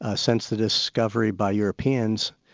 ah since the discovery by europeans,